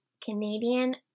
Canadian